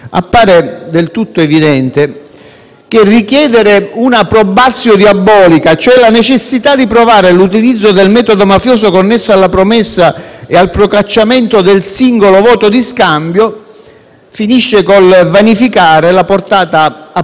che richiedere una *probatio diabolica*, cioè la necessità di provare l'utilizzo del metodo mafioso connesso alla promessa e al procacciamento del singolo voto di scambio, finisce col vanificare la portata applicativa della disposizione.